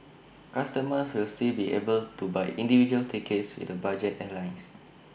customers will still be able to buy individual tickets with the budget airlines